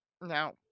Now